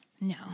No